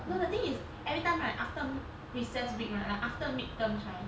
no the thing is every time like after recess week right after mid terms right